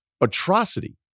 atrocity